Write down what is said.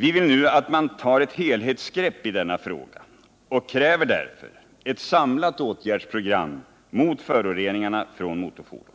Vi vill nu att man tar ett helhetsgrepp i denna fråga och kräver därför ett samlat åtgärdsprogram mot föroreningarna från motorfordon